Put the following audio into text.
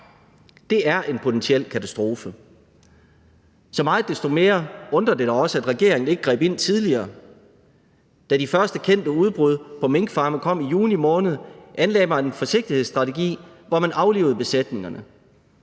Det er en potentiel katastrofe. Så meget desto mere undrer det da også, at regeringen ikke greb ind tidligere. Da de første kendte udbrud på minkfarme kom i juni måned, anlagde man en forsigtighedsstrategi, hvor man aflivede besætningerne.